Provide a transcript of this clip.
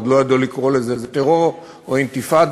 עוד לא ידעו לקרוא לזה "טרור" או "אינתיפאדה"